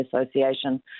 Association